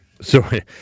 Sorry